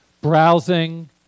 browsing